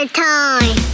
time